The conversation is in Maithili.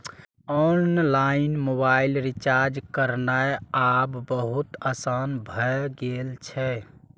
ऑनलाइन मोबाइल रिचार्ज करनाय आब बहुत आसान भए गेल छै